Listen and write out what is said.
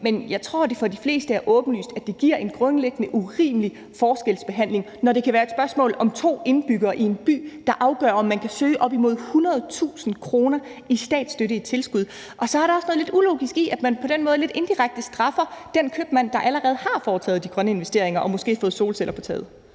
men jeg tror, at det for de fleste er åbenlyst, at det giver en grundlæggende urimelig forskelsbehandling, når det kan være et spørgsmål om to indbyggere i en by, der afgør, om man kan søge om op imod 100.000 kr. i statsstøtte i form af tilskud. Og så er der også noget lidt ulogisk i, at man på den måde lidt indirekte straffer den købmand, der allerede har foretaget de grønne investeringer og måske har fået solceller på taget.